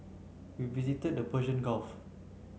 we visited the Persian Gulf